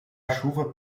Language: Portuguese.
chuva